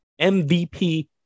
MVP